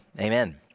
amen